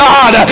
God